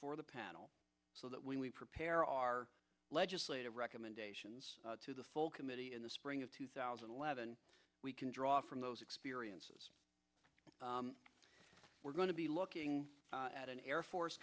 for the panel so that when we prepare our legislative recommendations to the full committee in the spring of two thousand and eleven we can draw from those experiences we're going to be looking at an air force